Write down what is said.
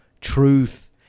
truth